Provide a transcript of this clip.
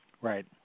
Right